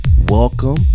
welcome